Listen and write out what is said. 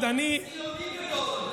למה אתם לא מבטלים אותם?